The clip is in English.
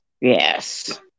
Yes